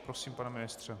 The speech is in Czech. Prosím, pane ministře.